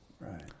Right